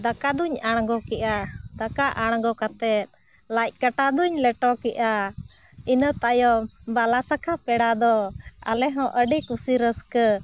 ᱫᱟᱠᱟ ᱫᱚᱧ ᱟᱬᱜᱚ ᱠᱮᱜᱼᱟ ᱫᱟᱠᱟ ᱟᱬᱜᱚ ᱠᱟᱛᱮ ᱞᱟᱡ ᱠᱟᱴᱟ ᱫᱚᱧ ᱞᱮᱴᱚ ᱠᱮᱜᱼᱟ ᱤᱱᱟᱹᱛᱟᱭᱚᱢ ᱵᱟᱞᱟᱥᱟᱠᱷᱟ ᱯᱮᱲᱟ ᱫᱚ ᱟᱞᱮ ᱦᱚᱸ ᱟᱹᱰᱤ ᱠᱩᱥᱤ ᱨᱟᱹᱥᱠᱟᱹ